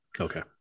Okay